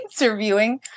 interviewing